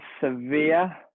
severe